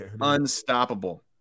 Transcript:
unstoppable